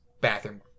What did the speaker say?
bathroom